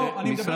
אליי?